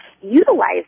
utilize